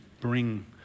bring